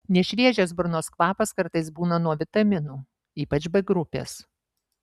nešviežias burnos kvapas kartais būna nuo vitaminų ypač b grupės